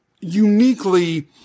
uniquely